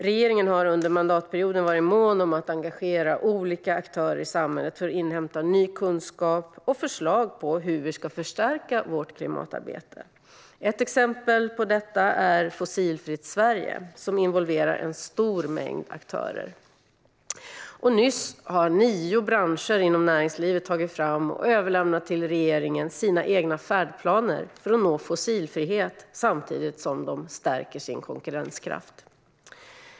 Regeringen har under mandatperioden varit mån om att engagera olika aktörer i samhället för att inhämta ny kunskap och förslag på hur vi ska förstärka vårt klimatarbete. Ett exempel på detta är Fossilfritt Sverige som involverar en stor mängd aktörer. Nyss har nio branscher inom näringslivet tagit fram och till regeringen överlämnat sina egna färdplaner för att nå fossilfrihet samtidigt som de stärker sin konkurrenskraft.